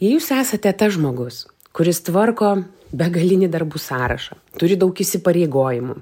jūs esate tas žmogus kuris tvarko begalinį darbų sąrašą turi daug įsipareigojimų